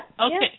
Okay